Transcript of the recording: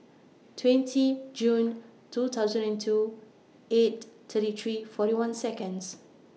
twenty June two thousand and two eight thirty three forty one Seconds